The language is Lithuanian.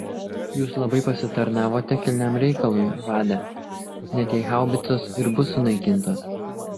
jūs labai pasitarnavote kilniam reikalui vade net jei haubicos ir bus sunaikintos